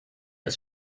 ist